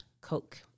Coke